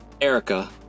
Erica